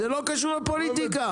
זה לא קשור לפוליטיקה.